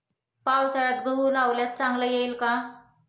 पावसाळ्यात गहू लावल्यास चांगला येईल का?